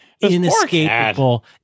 inescapable